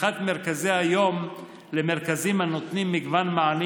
הפיכת מרכזי היום למרכזים הנותנים מגוון מענים